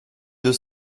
deux